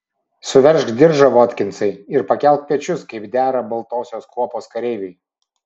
suveržk diržą votkinsai ir pakelk pečius kaip dera baltosios kuopos kareiviui